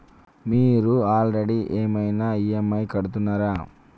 మీరు ఆల్రెడీ ఏమైనా ఈ.ఎమ్.ఐ కడుతున్నారా?